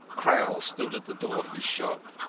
crowl stood at the door of his shop,